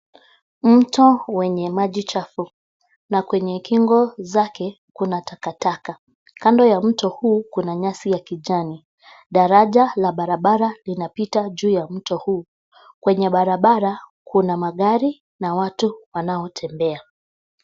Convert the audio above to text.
Mto wenye maji chafu na kwenye kingo zake kuna takataka .Kando ya mto huu, kuna nyasi ya kijani. Daraja la barabara linapita juu ya mto huu. Kwenye barabara kuna magari na watu wanaotembea.